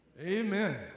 Amen